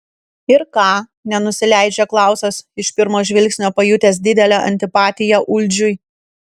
ir ką nenusileidžia klausas iš pirmo žvilgsnio pajutęs didelę antipatiją uldžiui